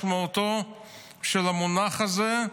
משמעותו של המונח הזה,